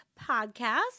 podcast